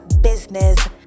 business